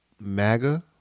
MAGA